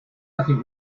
nothing